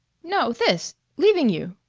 no, this leaving you?